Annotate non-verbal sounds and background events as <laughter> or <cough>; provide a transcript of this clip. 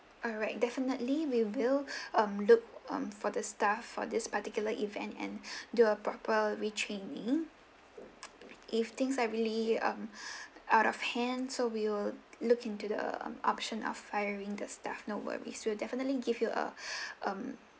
alright definitely we will <breath> um look um for the staff for this particular event and <breath> do a proper retraining if things are really um <breath> out of hand so we will look into the option of firing the staff no worries we'll definitely give you a <breath> um